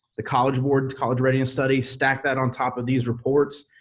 the college board college readiness study, stack that on top of these reports,